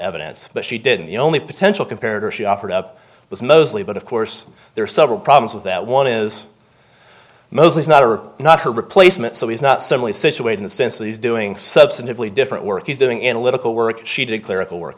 evidence but she didn't the only potential compared or she offered up was mostly but of course there are several problems with that one is mosley's not a are not a replacement so he's not suddenly scituate in the sense that he's doing substantively different work he's doing in a little work she did clerical work